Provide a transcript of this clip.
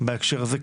בהקשר הזה.